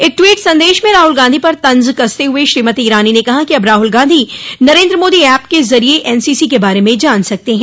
एक ट्वीट संदेश में राहुल गांधी पर तंज कसते हुए श्रीमती ईरानी ने कहा कि अब राहुल गांधी नरेंद्र मोदी ऐप के जरिये एनसीसी के बारे में जान सकते हैं